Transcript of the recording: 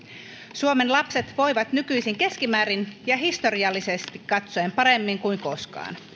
suomen lapset voivat nykyisin keskimäärin ja historiallisesti katsoen paremmin kuin koskaan